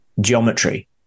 geometry